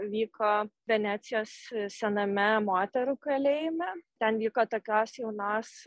vyko venecijos sename moterų kalėjime ten vyko tokios jaunos